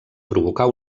provocar